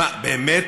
מה, באמת?